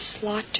slaughter